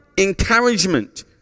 Encouragement